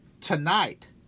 tonight